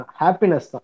happiness